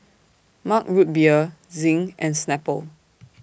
Mug Root Beer Zinc and Snapple